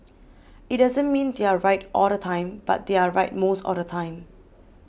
it doesn't mean they are right all the time but they are right most of the time